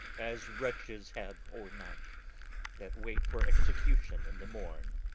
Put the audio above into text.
as wretches have o'ernight that wait for execution in the morn.